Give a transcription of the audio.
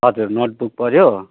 हजुर नोटबुक पऱ्यो